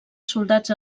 soldats